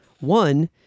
One